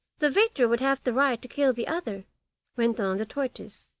the victor would have the right to kill the other went on the tortoise.